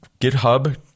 GitHub